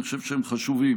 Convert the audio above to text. אני חושב שהם חשובים.